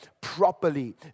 properly